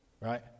right